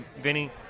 Vinny